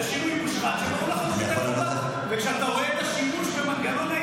אבל שר פנים ממנה בקדנציה עשרות ועדות ממונות,